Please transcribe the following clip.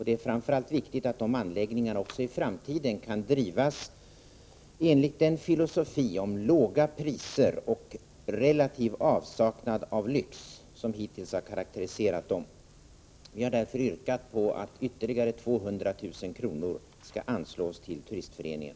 Det är framför allt viktigt att de anläggningarna också i framtiden kan drivas enligt den filosofi om låga priser och relativ avsaknad av lyx som hittills har karakteriserat dem. Vi har därför yrkat att ytterligare 200 000 kr. skall anslås till Turistföreningen.